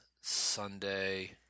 Sunday